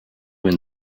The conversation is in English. when